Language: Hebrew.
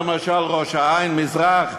למשל ראש-העין מזרח,